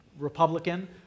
Republican